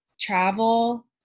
travel